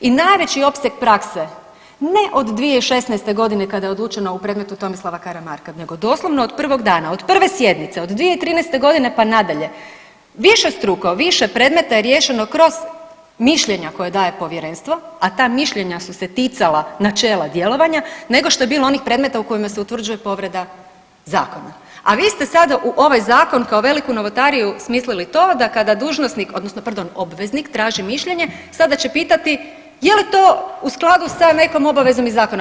I najveći opseg prakse ne od 2016.g. kada je odlučeno u predmetu Tomislava Karamarka, nego doslovno od prvog dana, od prve sjednice, od 2013.g. pa nadalje, višestruko, više predmeta je riješeno kroz mišljenja koje daje povjerenstvo, a ta mišljenja su se ticala načela djelovanja nego što je bilo onih predmeta u kojima se utvrđuje povreda zakona, a vi ste sada u ovaj zakon kao veliku novotariju smislili to da kada dužnosnik odnosno pardon obveznik traži mišljenje sada će pitati je li to u skladu sa nekom obavezom iz zakona.